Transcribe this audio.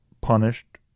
punished